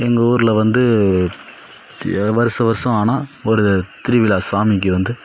எங்கள் ஊரில் வந்து வருசம் வருசம் ஆனால் ஒரு திருவிழா சாமிக்கு வந்து